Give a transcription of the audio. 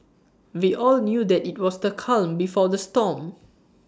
we all knew that IT was the calm before the storm